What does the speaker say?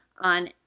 on